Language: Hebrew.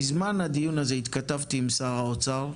בזמן הדיון הזה התכתבתי עם שר האוצר,